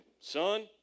son